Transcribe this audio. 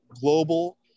global